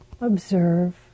observe